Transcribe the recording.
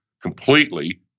completely